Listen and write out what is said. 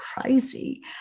crazy